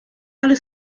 ale